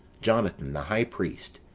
jonathan, the high priest,